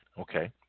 Okay